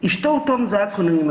I što u tom zakonu ima?